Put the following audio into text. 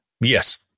Yes